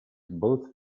both